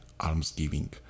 almsgiving